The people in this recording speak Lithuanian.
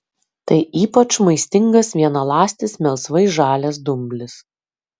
tai ypač maistingas vienaląstis melsvai žalias dumblis